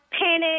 panic